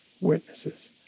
Witnesses